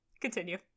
Continue